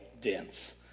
dense